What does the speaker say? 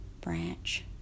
branch